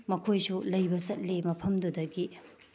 ꯃꯈꯣꯏꯁꯨ ꯂꯩꯕ ꯆꯠꯂꯤ ꯃꯐꯝꯗꯨꯗꯒꯤ